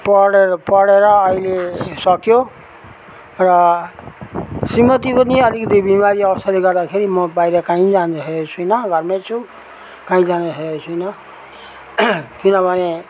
पढेर पढेर अहिले सक्यो र श्रीमति पनि अलिकति बिमारी अवस्थाले गर्दाखेरि म बाहिर काहीँ जानुसकेको छैन घरमै छु कहीँ जानुसकेको छैन किनभने